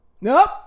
Nope